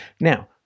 Now